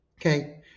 Okay